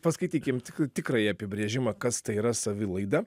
paskaitykim tik tikrąjį apibrėžimą kas tai yra savilaida